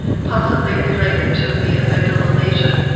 possibly related to the amygdala lesion.